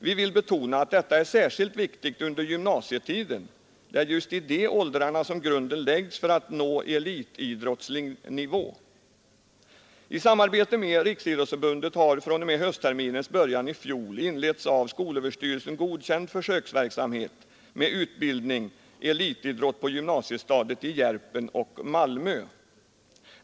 Vi vill betona att detta är särskilt viktigt under gymnasietiden; det är just i de åldrarna som grunden läggs för att nå elitidrottslig nivå. I samarbete med Riksidrottsförbundet har fr.o.m. höstterminens början i fjol inletts av skolöverstyrelsen godkänd försöksverksamhet med utbildning-elitidrott på gymnasiestadiet i Järpen och i Malmö.